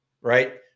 right